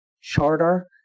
charter